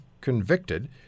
convicted